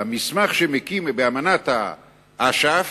באמנת אש"ף,